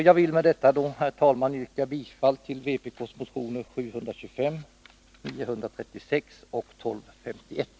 Jag vill med detta, herr talman, yrka bifall till vpk:s motioner 725, 936 och 1251.